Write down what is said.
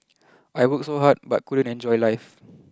I worked so hard but couldn't enjoy life